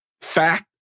fact